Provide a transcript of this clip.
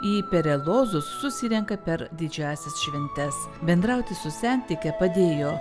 į perelozus susirenka per didžiąsias šventes bendrauti su sentike padėjo